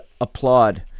applaud